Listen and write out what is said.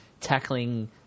tackling –